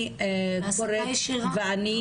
ואני